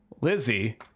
Lizzie